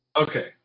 okay